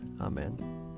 Amen